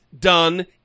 done